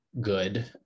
good